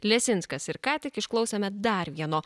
lesinskas ir ką tik išklausėme dar vieno